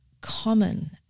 common